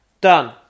Done